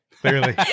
Clearly